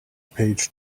page